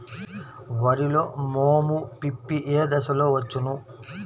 వరిలో మోము పిప్పి ఏ దశలో వచ్చును?